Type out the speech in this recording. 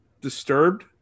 Disturbed